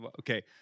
Okay